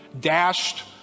Dashed